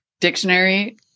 dictionary